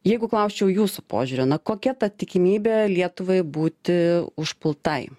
jeigu klausčiau jūsų požiūriu na kokia ta tikimybė lietuvai būti užpultai